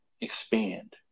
expand